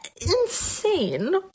insane